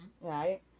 Right